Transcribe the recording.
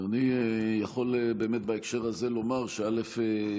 אני יכול בהקשר הזה לומר, א.